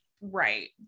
Right